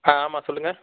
ஆ ஆமாம் சொல்லுங்கள்